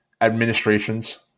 administrations